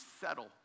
settle